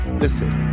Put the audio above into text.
listen